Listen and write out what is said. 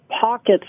pockets